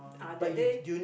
ah that day